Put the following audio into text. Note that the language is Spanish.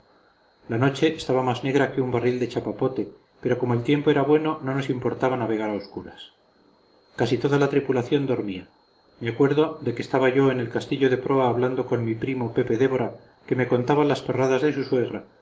la noche estaba más negra que un barril de chapapote pero como el tiempo era bueno no nos importaba navegar a obscuras casi toda la tripulación dormía me acuerdo que estaba yo en el castillo de proa hablando con mi primo pepe débora que me contaba las perradas de